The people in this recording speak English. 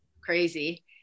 crazy